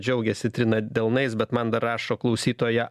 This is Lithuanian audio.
džiaugiasi trina delnais bet man dar rašo klausytoja